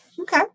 okay